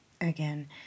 Again